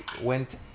went